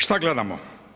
Šta gledamo?